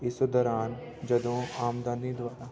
ਇਸ ਦੌਰਾਨ ਜਦੋਂ ਆਮਦਾਨੀ ਦੁਆਰਾ